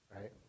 right